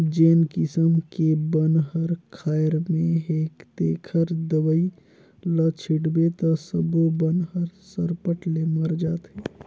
जेन किसम के बन हर खायर में हे तेखर दवई ल छिटबे त सब्बो बन हर सरपट ले मर जाथे